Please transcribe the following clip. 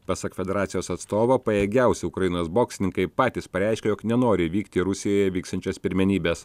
pasak federacijos atstovo pajėgiausi ukrainos boksininkai patys pareiškė jog nenori vykti į rusijoje vyksiančias pirmenybes